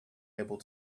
able